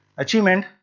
achievement.